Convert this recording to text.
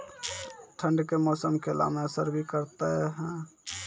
ठंड के मौसम केला मैं असर भी करते हैं?